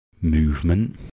movement